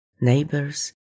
neighbors